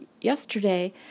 yesterday